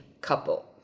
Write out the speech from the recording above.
couple